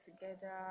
together